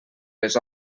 les